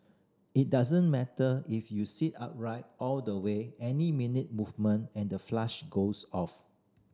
it doesn't matter if you sit upright all the way any minute movement and the flush goes off